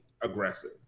aggressive